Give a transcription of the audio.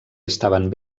estaven